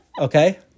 Okay